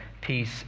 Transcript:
peace